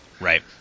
Right